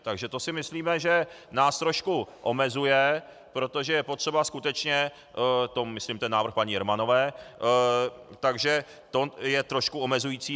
Takže to si myslíme, že nás trošku omezuje, protože je potřeba skutečně, myslím ten návrh paní Jermanové, takže to je trošku omezující.